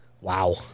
wow